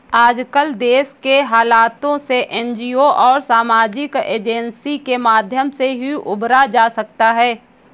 आजकल देश के हालातों से एनजीओ और सामाजिक एजेंसी के माध्यम से ही उबरा जा सकता है